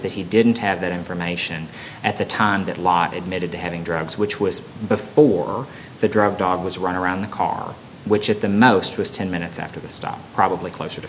that he didn't have that information at the time that a lot admitted to having drugs which was before the drug dog was run around the car which at the most was ten minutes after the stop probably closer to